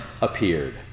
appeared